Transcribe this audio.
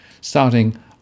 starting